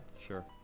Sure